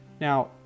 Now